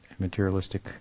materialistic